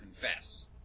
confess